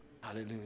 Hallelujah